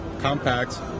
compact